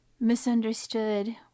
misunderstood